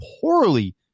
poorly